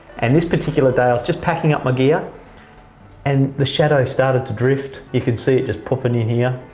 and this particular day i was just packing up my gear and the shadow started to drift. you can see it just popping in here.